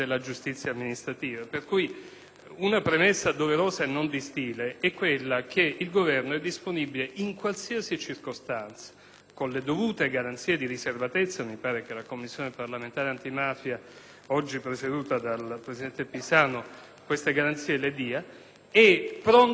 con le dovute garanzie di riservatezza che la Commissione parlamentare antimafia, oggi presieduta dal senatore Pisanu, è senz'altro in grado di dare, a rendere conto della gestione dei testimoni di giustizia con documenti ed atti, anche relativamente a singole posizioni.